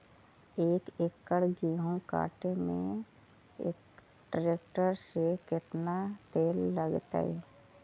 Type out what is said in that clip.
एक एकड़ गेहूं काटे में टरेकटर से केतना तेल लगतइ?